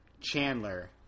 Chandler